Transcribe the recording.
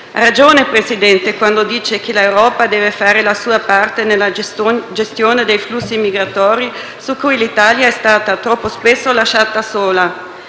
ragione, Presidente, quando dice che l'Europa deve fare la sua parte nella gestione dei flussi migratori, su cui l'Italia è stata troppo spesso lasciata sola.